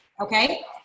okay